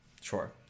Sure